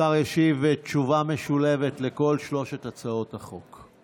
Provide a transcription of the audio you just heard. השר ישיב תשובה משולבת על כל שלוש הצעות החוק.